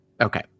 Okay